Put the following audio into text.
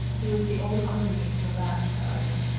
he was the old henri to the last, however.